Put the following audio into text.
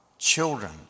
Children